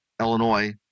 Illinois